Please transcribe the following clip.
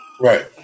Right